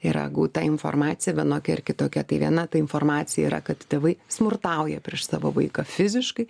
yra gauta informacija vienokia ar kitokia tai viena tai informacija yra kad tėvai smurtauja prieš savo vaiką fiziškai